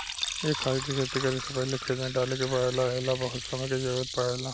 ए खाद के खेती करे से पहिले खेत में डाले के पड़ेला ए ला बहुत समय के जरूरत पड़ेला